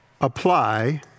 apply